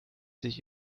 sich